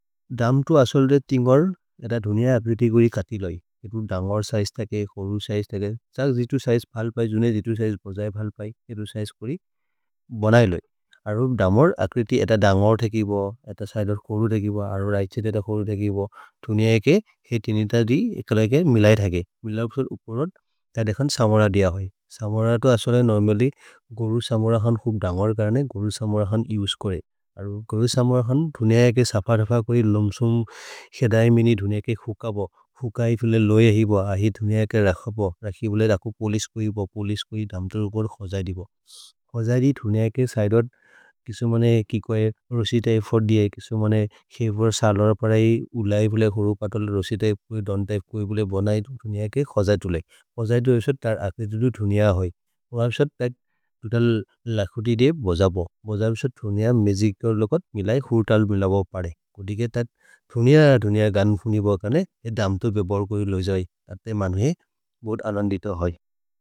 धम् तो असल्दे तिन्गेओर्, यद दुनिअ अप्रिति गोरि कतिलै। यदु दन्गोर् सिजे त के होरु सिजे त के छक् जितु सिजे पल्पै, जुने जितु सिजे बोजै पल्पै, यदु सिजे कोरि बोनै लोए। यदु दमोर् अप्रिति यदु दन्गोर् तेकि बो, यदु सएलोर् होरु तेकि बो, यदु ऐछे तेकि बो। दुनिअ एके हे तिनित दि एकल एके मिलैते हगे। मिलैब् सुर् उपोरोद्, यदु एखन् समोरर् दिय होइ। समोरर् तो असल्दे नोर्मल्ल्य्, गोरु समोरहन् हुक् दन्गोर् करने गोरु समोरहन् उस्कोरे। गोरु समोरहन् दुनिअ एके सपर् हफ कोइ लुम्सुम् शेदै मिनि दुनिअ एके खुक बो। खुक ए फिले लोए हि बो, अहि दुनिअ एके रख बो, रखि बोले रकु पोलिस् कोइ बो, पोलिस् कोइ दम्दोर् कोर् खोजै दि बो। खोजै दि दुनिअ एके सएदोत् किसि मो ने किक्वे रोसित एके फोर्त् दिये, किसि मो ने खेव्वर् सालोर् अपरि उलै बोले। होरु पतल् रोसित एके दोन्त एके कोइ बोले बोनै दुनिअ एके खोजै तु ले। खोजै तु एसत् त अके जुदु दुनिअ होइ। होइ असत् पेक् तुतल् लख्ति दे बोजबो, बोजबोसत् दुनिअ मगिचोर् लो कोत् मिलै हूतल् मिल बो परे। खो दिये तद् दुनिअ दुनिअ गन् फुनि बो कने ए दम्दोर् बेबो कोइ लोजै, अत्ते मन्हे बूत् अनन्दित होइ।